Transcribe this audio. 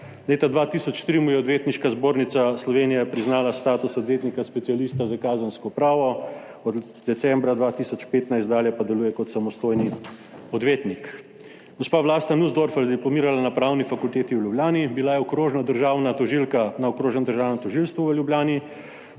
Leta 2003 mu je Odvetniška zbornica Slovenije priznala status odvetnika specialista za kazensko pravo, od decembra 2015 dalje pa deluje kot samostojni odvetnik. Gospa Vlasta Nussdorfer je diplomirala na Pravni fakulteti v Ljubljani. Bila je okrožna državna tožilka na Okrožnem državnem tožilstvu v Ljubljani,